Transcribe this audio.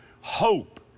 hope